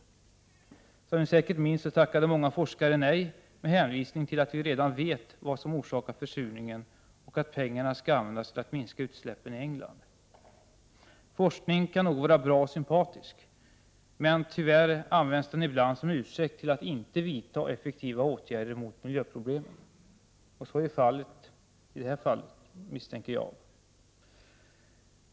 Som ni säkert minns så tackade många forskare nej med hänvisning till att vi redan vet vad som orsakar försurningen och att pengarna skall användas till att minska utsläppen i England. Forskning kan nog vara bra och sympatisk, men tyvärr används den ibland som ursäkt för att inte vidta effektiva åtgärder mot miljöproblemen. Och jag misstänker att det är så i det här fallet.